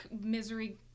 misery